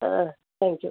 ஆ thank you